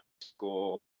school